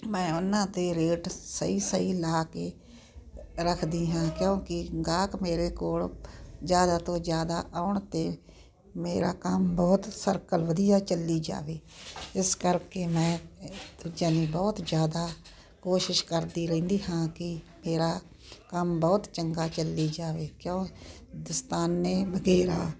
ਮੈਂ ਉਹਨਾਂ ਅਤੇ ਰੇਟ ਸਹੀ ਸਹੀ ਲਾ ਕੇ ਰੱਖਦੀ ਹਾਂ ਕਿਉਂਕਿ ਗਾਹਕ ਮੇਰੇ ਕੋਲ ਜ਼ਿਆਦਾ ਤੋਂ ਜ਼ਿਆਦਾ ਆਉਣ ਅਤੇ ਮੇਰਾ ਕੰਮ ਬਹੁਤ ਸਰਕਲ ਵਧੀਆ ਚੱਲੀ ਜਾਵੇ ਇਸ ਕਰਕੇ ਮੈਂ ਯਾਨੀ ਬਹੁਤ ਜ਼ਿਆਦਾ ਕੋਸ਼ਿਸ਼ ਕਰਦੀ ਰਹਿੰਦੀ ਹਾਂ ਕਿ ਮੇਰਾ ਕੰਮ ਬਹੁਤ ਚੰਗਾ ਚੱਲੀ ਜਾਵੇ ਕਿਉਂ ਦਸਤਾਨੇ ਵਗੈਰਾ